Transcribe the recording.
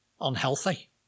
unhealthy